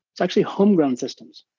it's actually homegrown systems.